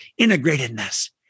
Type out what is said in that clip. integratedness